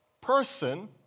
person